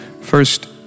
First